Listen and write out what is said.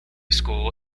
school